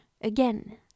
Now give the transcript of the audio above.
again